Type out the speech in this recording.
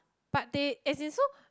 but they as in so